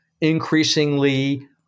increasingly